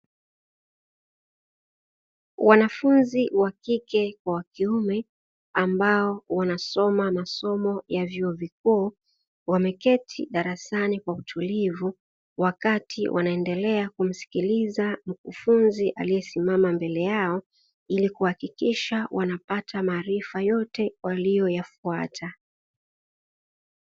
Wanafunzi wa kike kwa wa kiume ambao wanasoma masomo ya vyuo vikuu, wameketi darasani kwa kutulivu wakati wanaendelea kumsikiliza mkufunzi aliyesimama mbele yao, ili kuhakikisha wanapata maarifa yote waliyoyafuata.